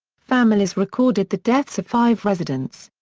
families recorded the deaths of five residents.